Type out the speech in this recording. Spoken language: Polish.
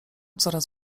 coraz